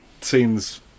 scenes